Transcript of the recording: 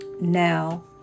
Now